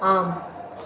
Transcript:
ஆம்